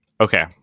Okay